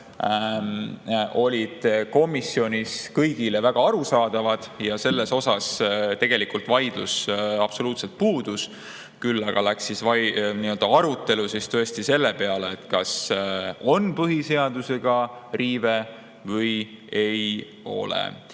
olid komisjonis kõigile väga arusaadavad. Selle üle tegelikult vaidlus absoluutselt puudus. Küll aga läks arutelu tõesti selle peale, kas on põhiseaduse riive või ei ole.